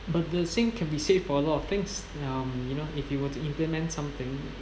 but the thing can be said for a lot of things um you know if you were to implement something